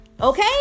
okay